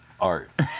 art